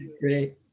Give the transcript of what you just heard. great